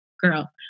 girl